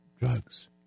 drugs